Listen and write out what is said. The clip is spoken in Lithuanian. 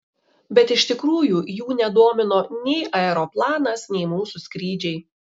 bet iš tikrųjų jų nedomino nei aeroplanas nei mūsų skrydžiai